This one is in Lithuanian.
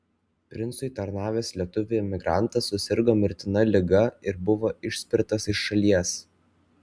princui tarnavęs lietuvių emigrantas susirgo mirtina liga ir buvo išspirtas iš šalies